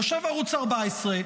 יושב ערוץ 14,